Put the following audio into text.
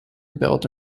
built